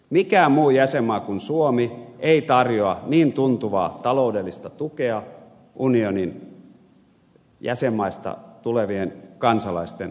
mikään muu jäsenmaa kuin suomi ei tarjoa niin tuntuvaa taloudellista tukea unionin jäsenmaista tulevien kansalaisten turvapaikkahakemuksiin